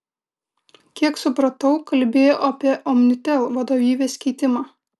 kiek supratau kalbėjo apie omnitel vadovybės keitimą